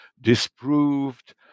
disproved